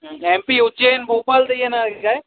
MP Ujjain Bhopal त येणारेत काय